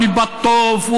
ואל-בטוף,